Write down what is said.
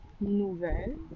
nouvelles